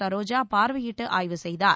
சரோஜா பார்வையிட்டு ஆய்வு செய்தார்